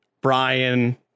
Brian